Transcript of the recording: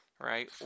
right